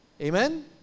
Amen